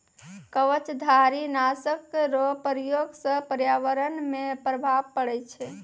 कवचधारी नाशक रो प्रयोग से प्रर्यावरण मे प्रभाव पड़ै छै